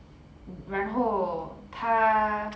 然后他